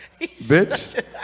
Bitch